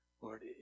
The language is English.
Lord